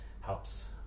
helps